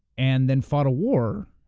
and then fought a war,